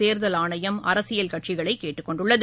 தேர்தல் ஆணையம் அரசியல் கட்சிகளை கேட்டுக்கொண்டுள்ளது